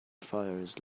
fires